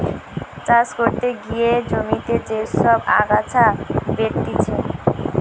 চাষ করতে গিয়ে জমিতে যে সব আগাছা বেরতিছে